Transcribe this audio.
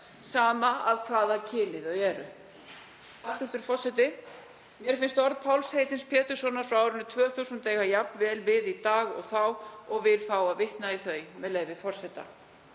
sama af hvaða kyni þau eru. Mér finnst orð Páls heitins Péturssonar frá árinu 2000 eiga jafn vel við í dag og þá og vil fá að vitna í þau, með leyfi forseta: